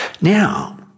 Now